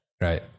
Right